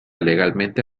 legalmente